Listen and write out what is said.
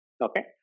Okay